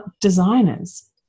designers